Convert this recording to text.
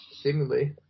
seemingly